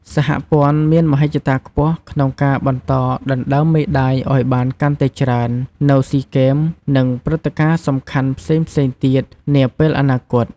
សហព័ន្ធមានមហិច្ឆតាខ្ពស់ក្នុងការបន្តដណ្ដើមមេដាយឲ្យបានកាន់តែច្រើននៅស៊ីហ្គេម និងព្រឹត្តិការណ៍សំខាន់ផ្សេងៗទៀតនាពេលអនាគត។